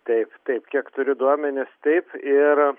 taip taip kiek turiu duomenis taip ir